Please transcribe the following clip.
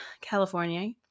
California